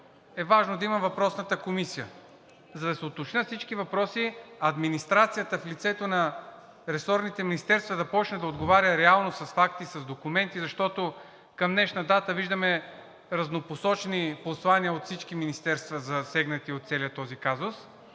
е важно да има въпросната комисия. За да се уточнят всички въпроси, администрацията в лицето на ресорните министерства, да започне да отговаря реално с факти и с документи, защото към днешна дата виждаме разнопосочни послания от всички министерства, засегнати от целия този казус,